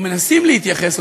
או מנסים להתייחס,